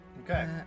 Okay